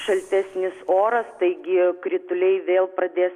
šaltesnis oras taigi krituliai vėl pradės